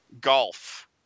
golf